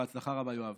בהצלחה רבה, יואב.